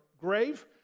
grave